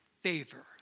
favor